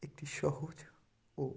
একটি সহজ ও